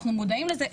אנחנו מודעים לזה,